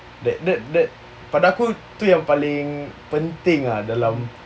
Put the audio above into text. that that that pada aku tu yang paling penting ah dalam